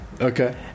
Okay